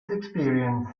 experience